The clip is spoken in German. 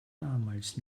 damals